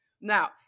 Now